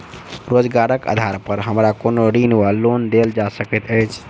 रोजगारक आधार पर हमरा कोनो ऋण वा लोन देल जा सकैत अछि?